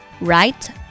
Right